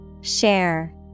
Share